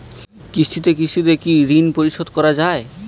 কিস্তিতে কিস্তিতে কি ঋণ পরিশোধ করা য়ায়?